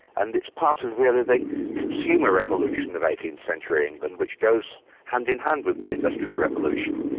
and it's part of really the consumer revolution of eighteenth century england which goes hand-in-hand with the industrial revolution.